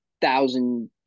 thousand